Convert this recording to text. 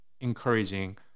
encouraging